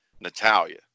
Natalia